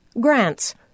Grants